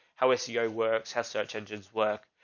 how ah seo works, how search engines work,